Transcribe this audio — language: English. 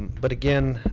but again,